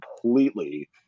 completely